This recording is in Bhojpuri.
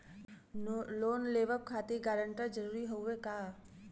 लोन लेवब खातिर गारंटर जरूरी हाउ का?